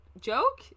joke